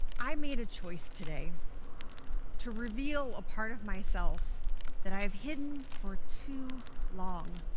i made a choice today to reveal a part of myself that i have hidden for too long.